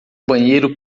banheiro